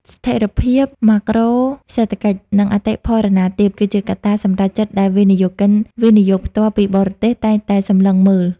ថិរភាពម៉ាក្រូសេដ្ឋកិច្ច និងអតិផរណាទាប គឺជាកត្តាសម្រេចចិត្តដែលវិនិយោគិន វិនិយោគផ្ទាល់ពីបរទេស តែងតែសម្លឹងមើល។